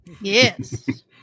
Yes